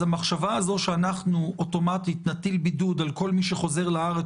אז המחשבה הזו שאנחנו אוטומטית נטיל בידוד על כל מי שחוזר לארץ